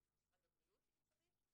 ומשרד הבריאות אם צריך,